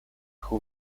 who